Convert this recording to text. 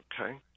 okay